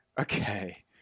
Okay